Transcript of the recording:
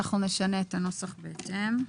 אז אנחנו נשנה את הנוסח בהתאם.